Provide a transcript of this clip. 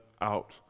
out